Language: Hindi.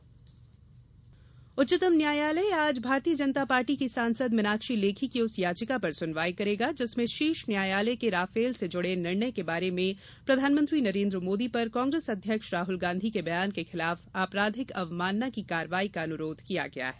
सुप्रीम कोर्ट राहुल उच्चतम न्यायालय आज भारतीय जनता पार्टी की सांसद मीनाक्षी लेखी की उस याचिका पर सुनवाई करेगा जिसमें शीर्ष न्यायालय के राफेल से जुड़े निर्णय के बारे में प्रधानमंत्री नरेन्द्र मोदी पर कांग्रेस अध्यक्ष राहुल गांधी के बयान के खिलाफ आपराधिक अवमानना की कार्रवाई का अनुरोध किया गया है